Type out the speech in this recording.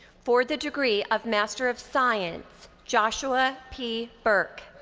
for the degree of master of science, joshua p. burke.